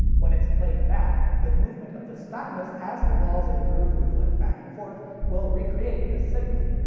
when it's played back, the movement of the stylus as the walls of the groove wiggle it back and forth will recreate this signal.